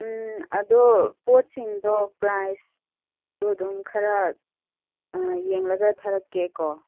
ꯎꯝ ꯑꯗꯣ ꯄꯣꯠꯁꯤꯡꯗꯣ ꯄ꯭ꯔꯥꯏꯁꯇꯣ ꯑꯗꯨꯝ ꯈꯔ ꯌꯦꯡꯂꯒ ꯊꯔꯛꯀꯦ ꯀꯣ